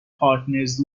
پارتنرز